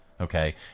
Okay